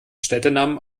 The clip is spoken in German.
städtenamen